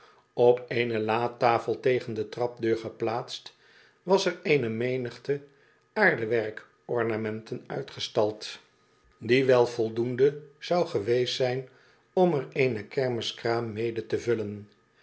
op eene latafel tegen de trapdeur geplaatst was er eene menigte aardewerk ornamenten uitgestald die wel voldoende zou geweest zijn om er eene kermiskraam mede te vullen